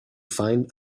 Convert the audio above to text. find